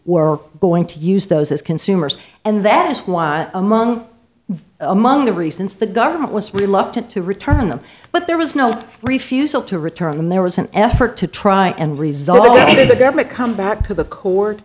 were going to use those as consumers and that is why among among the reasons the government was reluctant to return them but there was no refusal to return there was an effort to try and resolve the government come back to the court